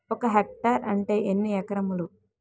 ఒక హెక్టార్ అంటే ఎన్ని ఏకరములు?